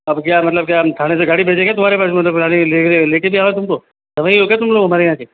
अब क्या मतलब क्या थाने से गाड़ी भेजे क्या तुम्हारे पास जो मतलब लाने के लिए लेकर भी आओ तुमको जमाई हो क्या तुम हमारे यहाँ के